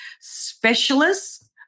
Specialists